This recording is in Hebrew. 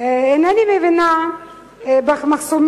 אינני מבינה במחסומים.